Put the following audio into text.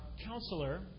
counselor